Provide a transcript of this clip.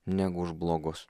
negu už blogus